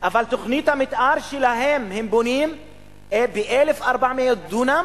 תוכנית המיתאר שלהם, הם בונים ב-1,400 דונם.